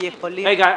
חלק -- רגע,